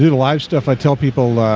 live stuff i tell people